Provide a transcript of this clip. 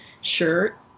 shirt